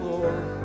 Lord